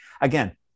Again